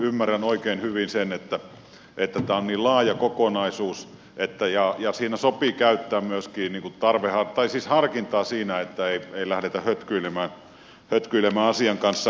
ymmärrän oikein hyvin sen että tämä on niin laaja kokonaisuus että siinä sopii käyttää myöskin harkintaa siinä että ei lähdetä hötkyilemään asian kanssa